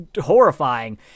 horrifying